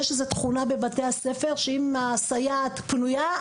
יש איזו תכונה בבתי הספר שאם הסייעת פנויה,